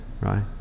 right